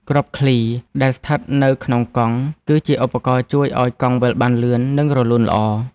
គ្រាប់ឃ្លី ដែលស្ថិតនៅក្នុងកង់ គឺជាឧបករណ៍ជួយឱ្យកង់វិលបានលឿន និងរលូនល្អ។